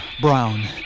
brown